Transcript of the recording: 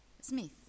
Smith